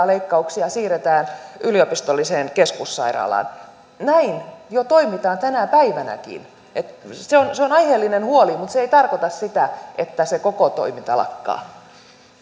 leikkauksia siirretään yliopistolliseen keskussairaalaan näin jo toimitaan tänä päivänäkin se on se on aiheellinen huoli mutta se ei tarkoita sitä että se koko toiminta lakkaa